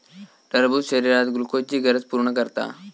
टरबूज शरीरात ग्लुकोजची गरज पूर्ण करता